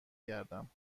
گردم